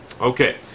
Okay